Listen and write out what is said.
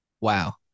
Wow